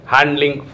Handling